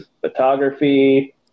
photography